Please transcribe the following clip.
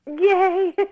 yay